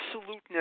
absolute